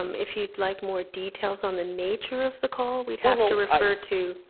um if you'd like more details on the nature of the call, we'd have to refer to